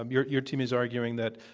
um your your team is arguing that,